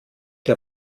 der